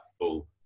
full